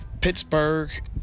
Pittsburgh